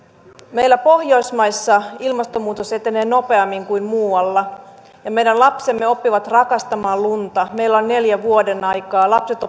meillä pohjoismaissa ilmastonmuutos etenee nopeammin kuin muualla meidän lapsemme oppivat rakastamaan lunta meillä on neljä vuodenaikaa lapset